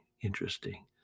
Interesting